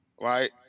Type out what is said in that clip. right